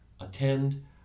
attend